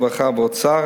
הרווחה והאוצר.